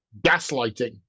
gaslighting